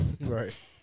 Right